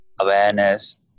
awareness